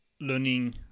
learning